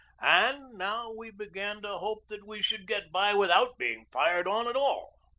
and now we began to hope that we should get by without being fired on at all.